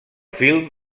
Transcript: film